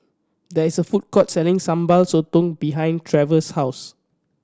there is a food court selling Sambal Sotong behind Trevor's house